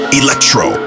electro